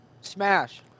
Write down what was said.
Smash